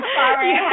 sorry